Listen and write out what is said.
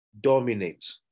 dominate